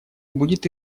будет